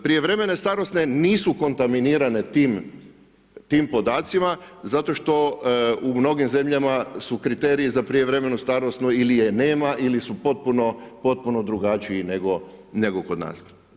Prijevremene starosne nisu kontaminirane tim podacima zato što u mnogim zemljama su kriteriji za prijevremenu starosnu ili je nema ili su potpuno drugačiji nego kod nas.